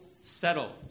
settle